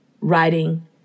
writing